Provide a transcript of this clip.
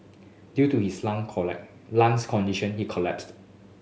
due to his lung lung's condition he collapsed